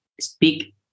speak